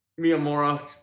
Miyamura